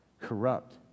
corrupt